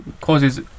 causes